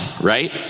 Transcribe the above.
right